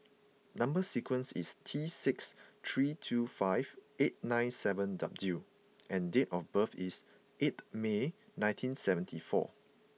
number sequence is T six three two five eight nine seven W and date of birth is eighth May nineteen seventy four